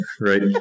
Right